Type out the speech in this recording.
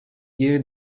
geri